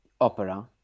opera